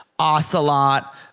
Ocelot